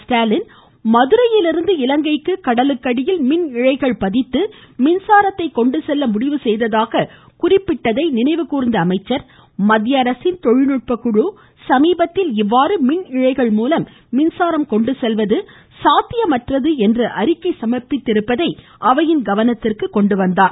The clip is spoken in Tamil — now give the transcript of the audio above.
ஸ்டாலின் மதுரையிலிருந்து இலங்கைக்கு கடலுக்கடியில் மின் இழைகள் பதித்து மின்சாரத்தை கொண்டு செல்ல முடிவு செய்ததாக குறிப்பிட்டதை நினைவுகூர்ந்த அமைச்சர் மத்திய அரசின் தொழில்நுட்பக்குழு சமீபத்தில் இவ்வாறு மின் இழைகள் மூலம் மின்சாரம் கொண்டு செல்வது சாத்தியமற்றது என்று அறிக்கை சமா்ப்பித்திருப்பதை அவையின் கவனத்திற்கு கொண்டு வந்தார்